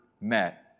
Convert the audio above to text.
met